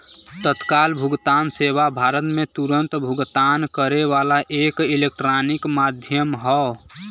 तत्काल भुगतान सेवा भारत में तुरन्त भुगतान करे वाला एक इलेक्ट्रॉनिक माध्यम हौ